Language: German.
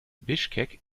bischkek